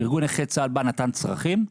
ארגון נכי צה"ל בא ונתן צרכים,